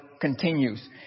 continues